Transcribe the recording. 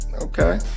Okay